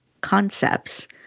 concepts